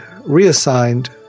reassigned